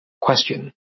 question